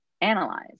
analyze